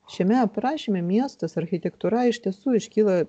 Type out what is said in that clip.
šiame aprašyme miestas architektūra iš tiesų iškyla